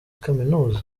kaminuza